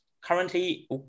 Currently